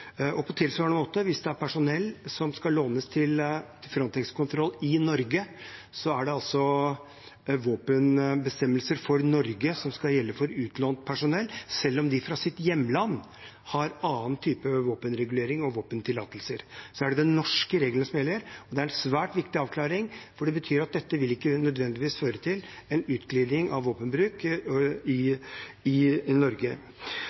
Hvis det er personell som skal lånes ut til Frontex-kontroll i Norge, er det på tilsvarende måte våpenbestemmelser for Norge som skal gjelde for utlånt personell, selv om de fra sitt hjemland har andre typer våpenregulering og våpentillatelse. Det er de norske reglene som gjelder. Det er en svært viktig avklaring, for det betyr at dette ikke nødvendigvis vil føre til en utglidning av våpenbruk i Norge.